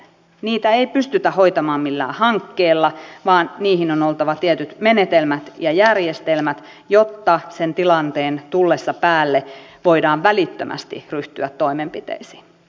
niitä ei pystytä hoitamaan millään hankkeella vaan niihin on oltava tietyt menetelmät ja järjestelmät jotta sen tilanteen tullessa päälle voidaan välittömästi ryhtyä toimenpiteisiin